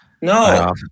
No